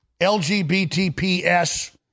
LGBTPS